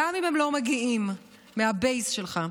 גם אם הם לא מגיעים מהבייס שלך.